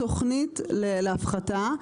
תוכנית להפחתה,